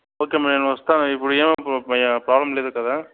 okay అమ్మా నేను వస్తాను ఇప్పుడు ఏం ప ప్రోబ్లం లేదు కదా